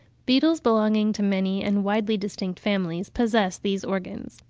beetles belonging to many and widely distinct families possess these organs.